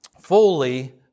Fully